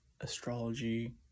astrology